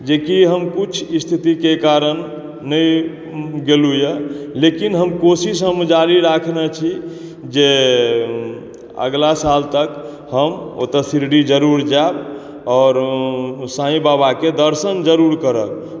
जेकि हम किछु स्थिति के कारण नहि गेलहुॅं यऽ लेकिन हम कोशिश जारी राखने छी जे अगला साल तक हम ओतऽ शिरडी ज़रूर जायब आओर साईं बाबा के दर्शन ज़रूर करब